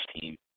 team